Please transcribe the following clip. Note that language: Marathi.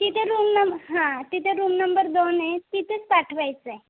तिथे रूम नं हां तिथे रूम नंबर दोन आहे तिथेच पाठवायचं आहे